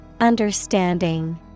Understanding